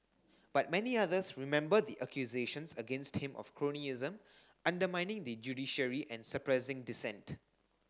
but many others remember the accusations against him of cronyism undermining the judiciary and suppressing dissent